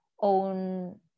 own